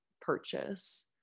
purchase